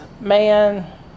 man